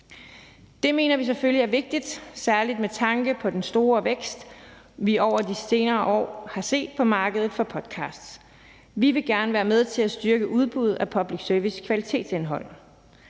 Det mener vi selvfølgelig er vigtigt, særlig med tanke på den store vækst, vi over de senere år har set på markedet for podcasts. Vi vil gerne være med til at styrke udbuddet af public service-kvalitetsindhold.